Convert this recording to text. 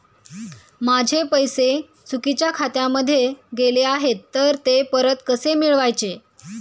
माझे पैसे चुकीच्या खात्यामध्ये गेले आहेत तर ते परत कसे मिळवायचे?